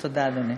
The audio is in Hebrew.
תודה, אדוני.